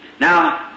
Now